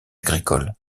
agricole